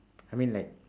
I mean like